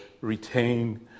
retain